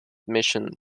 mission